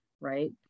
right